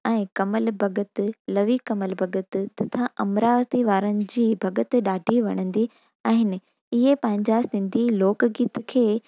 ऐं कमल भॻत लवी कमल भॻत तथा अमरावती वारनि जी भॻत ॾाढी वणंदी आहिनि इहे पंहिंजा सिंधी लोकगीत खे